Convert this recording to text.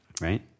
right